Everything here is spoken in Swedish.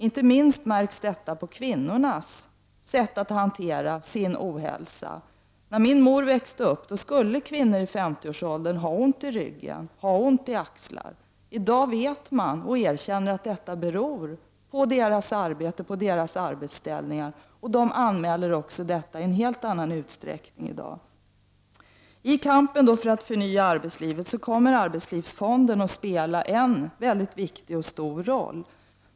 Inte minst märks detta på kvinnornas sätt att hantera sin ohälsa. När min mor växte upp, skulle kvinnor i femtioårsåldern ha ont i ryggen och axlarna. I dag erkänner man att detta beror på deras arbete och deras arbetsställningar. Kvinnorna anmäler också i dag dessa skador och sjukdomar i en helt annan utsträckning än tidigare. I kampen för att förnya arbetslivet kommer arbetslivsfonden att spela en väldigt viktig och stor roll.